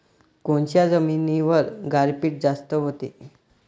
कोनच्या जमिनीवर गारपीट जास्त व्हते?